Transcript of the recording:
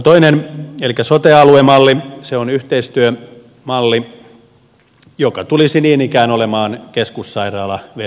toinen elikkä sote aluemalli on yhteistyömalli joka tulisi niin ikään olemaan keskussairaalavetoinen